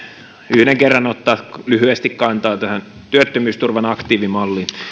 yhden kerran ottaa lyhyesti kantaa tähän työttömyysturvan aktiivimalliin